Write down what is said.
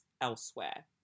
elsewhere